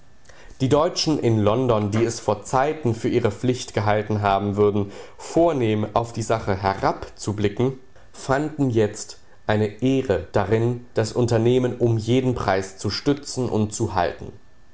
die deutschen in london die es vor zeiten für ihre pflicht gehalten haben würden vornehm auf die sache herabzublicken fanden jetzt eine ehre darin das unternehmen um jeden preis zu stützen und zu halten